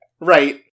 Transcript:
Right